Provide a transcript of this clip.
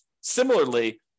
Similarly